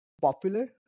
popular